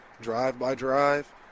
drive-by-drive